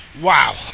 wow